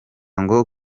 ngo